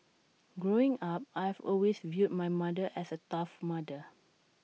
growing up I've always viewed my mother as A tough mother